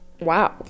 wow